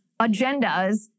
agendas